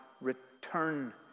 return